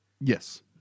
Yes